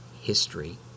history